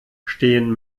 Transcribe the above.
stehen